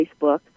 Facebook